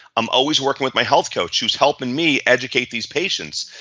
i'm always working with my health coaches who's helping me educate these patients,